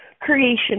creation